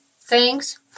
thanks